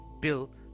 Bill